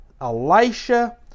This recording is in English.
Elisha